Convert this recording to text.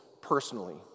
personally